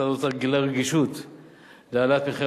משרד האוצר גילה רגישות להעלאת מחיר